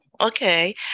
okay